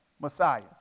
Messiah